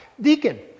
deacon